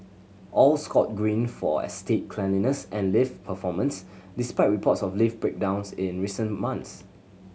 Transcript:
all scored Green for estate cleanliness and lift performance despite reports of lift breakdowns in recent months